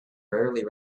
rarely